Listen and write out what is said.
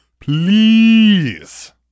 Please